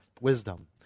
wisdom